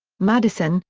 madison,